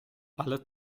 ale